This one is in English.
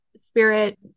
Spirit